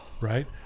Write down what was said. Right